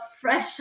fresh